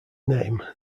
name